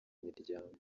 imiryango